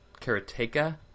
Karateka